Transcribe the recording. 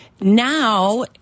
now